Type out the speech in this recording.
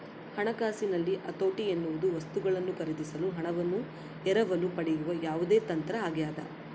ಹಣಕಾಸಿನಲ್ಲಿ ಹತೋಟಿ ಎನ್ನುವುದು ವಸ್ತುಗಳನ್ನು ಖರೀದಿಸಲು ಹಣವನ್ನು ಎರವಲು ಪಡೆಯುವ ಯಾವುದೇ ತಂತ್ರ ಆಗ್ಯದ